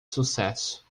sucesso